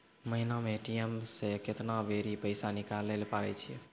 महिना मे ए.टी.एम से केतना बेरी पैसा निकालैल पारै छिये